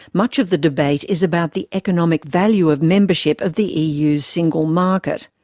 much of the debate is about the economic value of membership of the eu's single market.